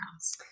house